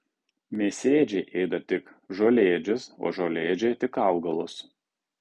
mėsėdžiai ėda tik žolėdžius o žolėdžiai tik augalus